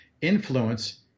Influence